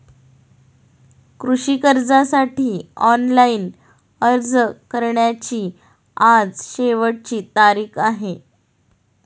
कृषी कर्जासाठी ऑनलाइन अर्ज करण्याची आज शेवटची तारीख आहे